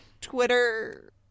Twitter